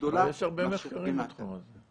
גדולה מאשר --- אבל יש הרבה מחקרים בתחום הזה.